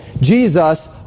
Jesus